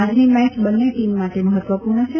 આજની મેચ બંને ટીમ માટે મહત્વપુર્ણ છે